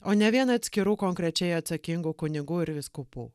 o ne vien atskirų konkrečiai atsakingų kunigų ir vyskupų